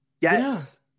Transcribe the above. Yes